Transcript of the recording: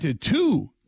two